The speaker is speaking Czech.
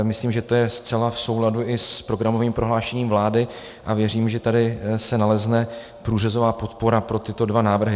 Myslím, že je to zcela v souladu i s programovým prohlášením vlády, a věřím, že tady se nalezne průřezová podpora pro tyto dva návrhy.